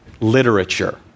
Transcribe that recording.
literature